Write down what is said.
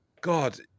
god